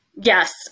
Yes